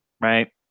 right